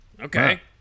Okay